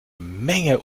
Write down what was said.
menge